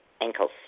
ankles